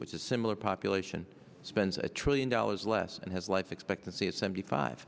which is similar population spends a trillion dollars less and has life expectancy is seventy five